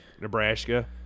Nebraska